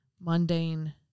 mundane